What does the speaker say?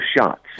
shots